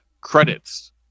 credits